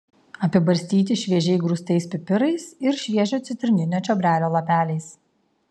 apibarstyti šviežiai grūstais pipirais ir šviežio citrininio čiobrelio lapeliais